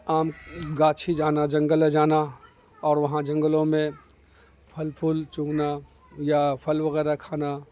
آم گاچھی جانا جنگل جانا اور وہاں جنگلوں میں پھل پھول چگنا یا پھل وغیرہ کھانا